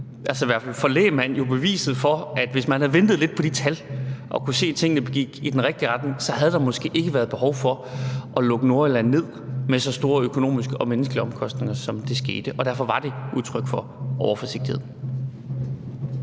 fald for lægmand beviset for, at hvis man havde ventet lidt på de tal og kunne se, at tingene gik i den rigtige retning, så havde der måske ikke været behov for at lukke Nordjylland ned med så store økonomiske og menneskelige omkostninger, som det skete, og derfor var det et udtryk for overforsigtighed.